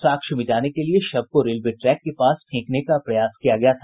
साक्ष्य मिटाने के लिए शव को रेलवे ट्रैक के पास फेंकने का प्रयास किया गया था